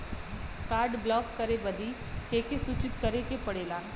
Card block करे बदी के के सूचित करें के पड़ेला?